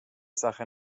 sache